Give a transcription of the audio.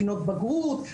בחינות בגרות,